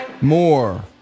More